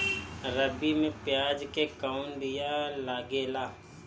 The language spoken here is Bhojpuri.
रबी में प्याज के कौन बीया लागेला?